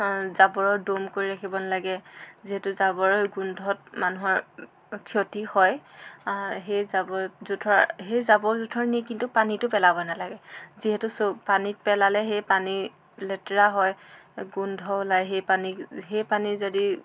জাবৰৰ দৌম কৰি ৰাখিব নালাগে যিহেতু জাবৰৰ গোন্ধত মানুহৰ ক্ষতি হয় সেই জাবৰ জোঁথৰ সেই জাবৰ জোঁথৰ নি কিন্তু পানীতো পেলাব নালাগে যিহেতু চৌ পানীত পেলালে সেই পানী লেতেৰা হয় গোন্ধ ওলায় সেই পানী সেই পানী যদি